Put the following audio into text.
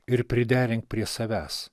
ir priderink prie savęs